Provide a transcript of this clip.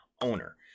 owner